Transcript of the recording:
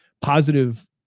positive